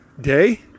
day